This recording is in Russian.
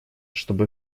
чтобы